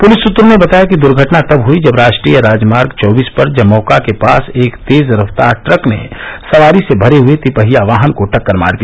police सूत्रों ने बताया कि दुर्घटना तब हुयी जब रा ट्रीय राजमार्ग चौबीस पर जमौका के पास एक तेज रफ्तार ट्रक ने सवारी से भरे हये तिपहिया वाहन को टक्कर मार दिया